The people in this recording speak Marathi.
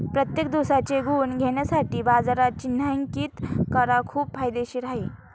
प्रत्येक दिवसाचे गुण घेण्यासाठी बाजारात चिन्हांकित करा खूप फायदेशीर आहे